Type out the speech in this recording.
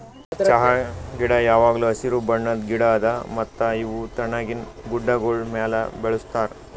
ಚಹಾ ಗಿಡ ಯಾವಾಗ್ಲೂ ಹಸಿರು ಬಣ್ಣದ್ ಗಿಡ ಅದಾ ಮತ್ತ ಇವು ತಣ್ಣಗಿನ ಗುಡ್ಡಾಗೋಳ್ ಮ್ಯಾಲ ಬೆಳುಸ್ತಾರ್